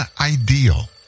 ideal